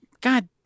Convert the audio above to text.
God